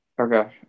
Okay